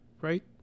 right